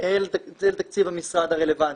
אל תקציב המשרד הרלוונטי,